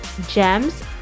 gems